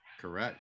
Correct